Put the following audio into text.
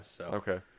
okay